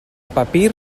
papir